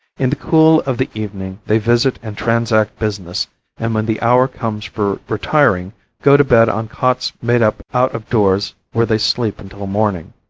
in the cool of the evening they visit and transact business and when the hour comes for retiring go to bed on cots made up out of doors where they sleep until morning,